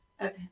Okay